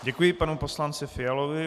Děkuji panu poslanci Fialovi.